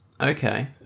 Okay